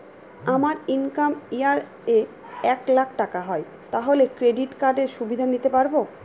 আমার income year এ এক লাক টাকা হয় তাহলে ক্রেডিট কার্ড এর সুবিধা নিতে পারবো?